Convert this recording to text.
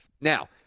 Now